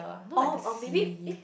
oh oh maybe eh